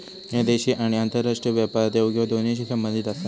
ह्या देशी आणि आंतरराष्ट्रीय व्यापार देवघेव दोन्हींशी संबंधित आसा